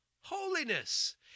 holiness